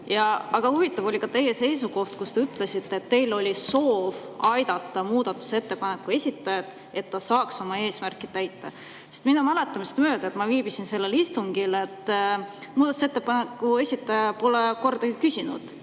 Aga huvitav oli ka teie seisukoht, te ütlesite, et teil oli soov aidata muudatusettepaneku esitajat, et ta saaks oma eesmärki täita. Minu mäletamist mööda – ma viibisin sellel istungil – ei küsinud muudatusettepaneku esitaja kordagi teie